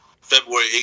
February